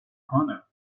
corner